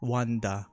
Wanda